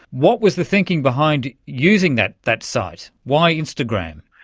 what was the thinking behind using that that site? why instagram?